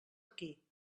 aquí